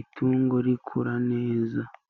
itungo rikura neza.